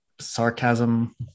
sarcasm